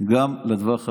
גם לטווח הארוך.